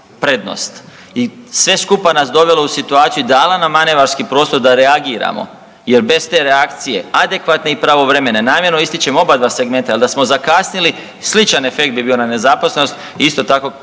i sve skupa nas dovelo u situaciju i dala nam manevarski prostor da reagiramo jer bez te reakcije adekvatne i pravovremene, namjerno ističem oba dva segmenta jer da smo zakasnili sličan efekt bi bio na nezaposlenost isto tako